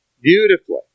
beautifully